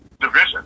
division